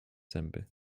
zęby